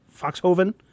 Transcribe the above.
Foxhoven